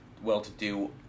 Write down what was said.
Well-to-do